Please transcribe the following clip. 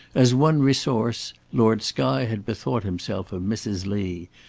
as one resource, lord skye had bethought himself of mrs. lee,